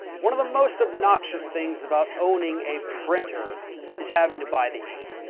one of the most obnoxious things about owning a printer is having to buy the ink.